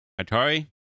Atari